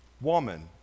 woman